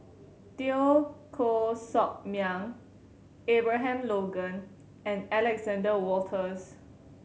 Teo Koh Sock Miang Abraham Logan and Alexander Wolters